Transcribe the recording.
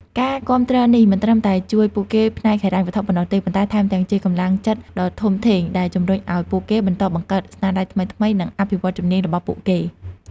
ការគាំទ្រនេះមិនត្រឹមតែជួយពួកគេផ្នែកហិរញ្ញវត្ថុប៉ុណ្ណោះទេ ប៉ុន្តែថែមទាំងជាកម្លាំងចិត្តដ៏ធំធេងដែលជំរុញឲ្យពួកគេបន្តបង្កើតស្នាដៃថ្មីៗ និងអភិវឌ្ឍន៍ជំនាញរបស់ពួកគេ។